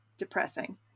depressing